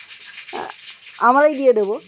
আমরাই দিয়ে দেবো